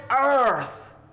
earth